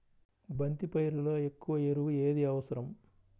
బంతి పైరులో ఎక్కువ ఎరువు ఏది అవసరం?